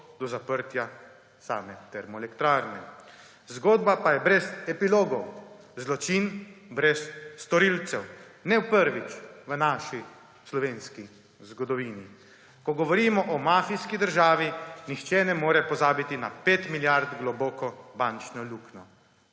do zaprtja same termoelektrarne. Zgodba pa je brez epilogov. Zločin brez storilcev. Ne prvič v naši slovenski zgodovini. Ko govorimo o mafijski državi, nihče ne more pozabiti na 5 milijard globoko bančno luknjo.